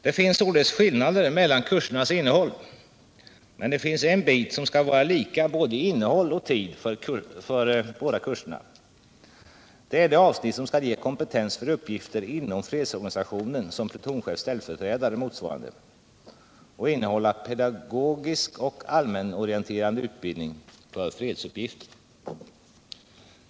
Det finns således skillnader mellan kursernas innehåll, men det finns en bit som skall vara lika i både innehåll och tid för båda kurserna. Det är det avsnitt som skall ge kompetens för uppgifter inom fredsorganisationen som plutonchefs ställföreträdare eller motsvarande och innehålla pedagogisk och allmänorienterande utbildning för fredsuppgiften.